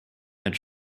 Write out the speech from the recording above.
and